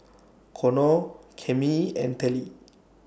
Connor Cammie and Telly